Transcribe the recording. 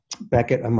Beckett